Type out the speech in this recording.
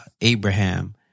Abraham